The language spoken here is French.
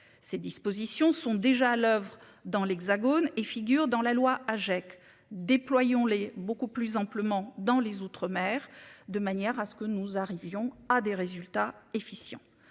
ces dispositions sont déjà à l'oeuvre dans l'Hexagone et figure dans la loi Hajek déployons les beaucoup plus amplement dans les outre-mer de manière à ce que nous arrivions à des résultats efficient